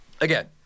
again